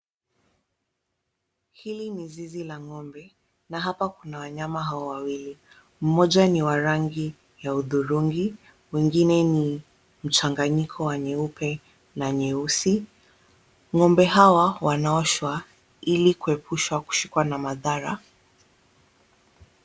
Hili ni zizi la ng'ombe na hapa kuna wanyama hawa wawili, mmoja ni wa rangi ya hudhurungi, mwingine ni mchanganyiko wa nyeupe na nyeusi. Ng'ombe hawa wanaoshwa ili kuepushwa kushikwa na madhara.